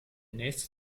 nächste